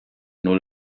null